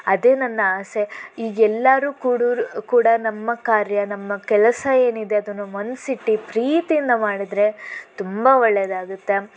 ಅದೇ ನನ್ನ ಆಸೆ ಈಗೆಲ್ಲರೂ ಕುಡುರ್ ಕೂಡ ನಮ್ಮ ಕಾರ್ಯ ನಮ್ಮ ಕೆಲಸ ಏನಿದೆ ಅದನ್ನು ಮನಸಿಟ್ಟು ಪ್ರೀತಿಯಿಂದ ಮಾಡಿದರೆ ತುಂಬ ಒಳ್ಳೆಯದಾಗುತ್ತೆ